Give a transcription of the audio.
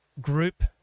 group